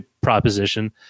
proposition